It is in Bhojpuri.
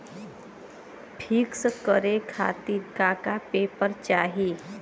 पिक्कस करे खातिर का का पेपर चाही?